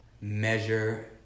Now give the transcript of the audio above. measure